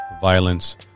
violence